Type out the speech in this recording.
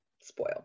spoil